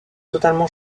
totalement